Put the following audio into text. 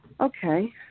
Okay